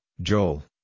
Joel